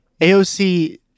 AOC